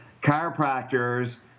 chiropractors